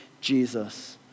Jesus